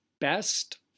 best